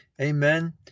Amen